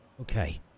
Okay